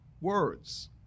words